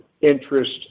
interest